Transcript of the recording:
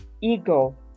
ego